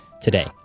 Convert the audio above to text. today